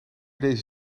deze